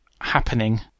happening